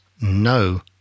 no